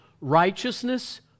righteousness